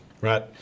Right